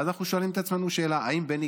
ואז אנחנו שואלים את עצמנו שאלה: האם בני